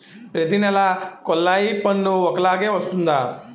ప్రతి నెల కొల్లాయి పన్ను ఒకలాగే వస్తుందా?